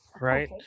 right